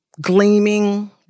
gleaming